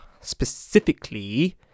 specifically